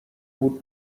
بود